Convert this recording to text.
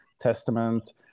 Testament